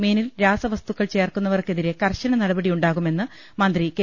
മീനിൽ രാസവസ്തു ക്കൾ ചേർക്കുന്നവർക്കെതിരെ കർശനനടപടിയു ണ്ടാകുമെന്ന് മന്ത്രി കെ